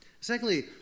Secondly